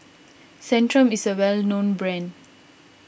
Centrum is a well known brand